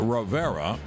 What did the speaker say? Rivera